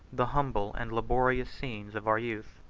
the humble and laborious scenes of our youth.